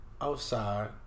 outside